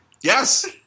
Yes